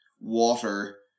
water